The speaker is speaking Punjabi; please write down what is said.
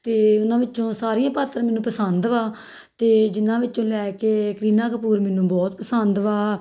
ਅਤੇ ਉਹਨਾਂ ਵਿੱਚੋਂ ਸਾਰੀਆਂ ਪਾਤਰ ਮੈਨੂੰ ਪਸੰਦ ਵਾ ਅਤੇ ਜਿਨ੍ਹਾਂ ਵਿੱਚੋਂ ਲੈ ਕੇ ਕਰੀਨਾ ਕਪੂਰ ਮੈਨੂੰ ਬਹੁਤ ਪਸੰਦ ਵਾ